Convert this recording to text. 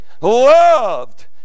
loved